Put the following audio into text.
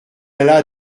alla